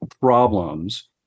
problems